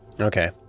Okay